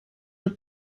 were